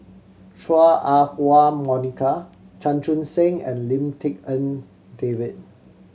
Chua Ah Huwa Monica Chan Chun Sing and Lim Tik En David